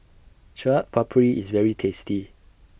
Chaat Papri IS very tasty